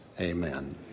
amen